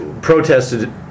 protested